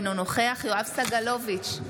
אינו נוכח יואב סגלוביץ'